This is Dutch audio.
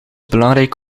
belangrijk